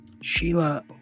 Sheila